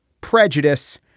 prejudice